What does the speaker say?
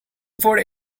report